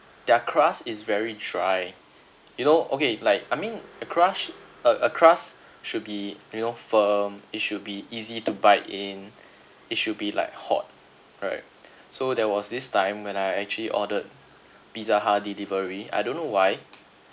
their crust is very dry you know okay like I mean a crust a a crust should be you know firm it should be easy to bite in it should be like hot right so there was this time when I actually ordered pizza hut delivery I don't know why